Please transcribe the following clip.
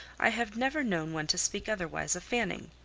i have never known one to speak otherwise of fanning.